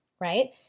right